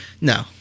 no